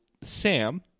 Sam